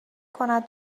کند